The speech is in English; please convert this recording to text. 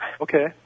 Okay